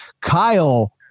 Kyle